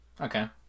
Okay